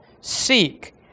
seek